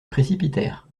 précipitèrent